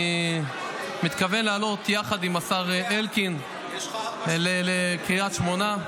אני מתכוון לעלות יחד עם השר אלקין לקריית שמונה,